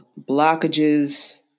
blockages